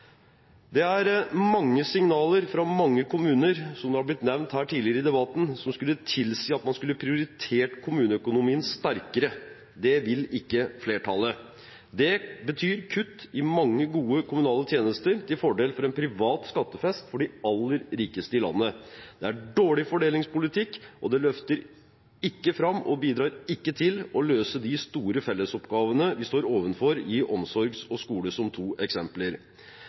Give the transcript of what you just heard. Det er mange signaler fra mange kommuner, som det er blitt nevnt her tidligere i debatten, som skulle tilsi at man skulle prioritert kommuneøkonomien sterkere. Det vil ikke flertallet. Det betyr kutt i mange gode kommunale tjenester, til fordel for en privat skattefest for de aller rikeste i landet. Det er dårlig fordelingspolitikk, og det løfter ikke fram og bidrar ikke til å løse de store fellesoppgavene vi står overfor i omsorg og skole, som to eksempler.